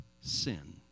sin